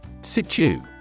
Situ